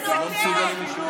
אתה יודע, את זה אתה יודע.